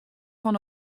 fan